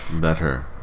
better